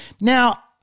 Now